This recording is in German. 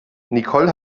nicole